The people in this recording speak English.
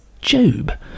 Job